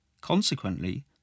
Consequently